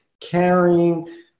carrying